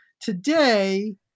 today